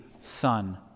son